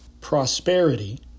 prosperity